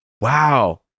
Wow